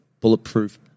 Bulletproof